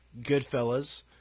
Goodfellas